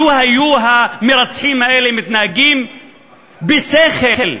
לו היו המרצחים האלה מתנהגים בשכל,